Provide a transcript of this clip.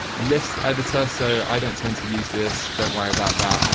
list editor, so i don't tend to use this. don't worry about that.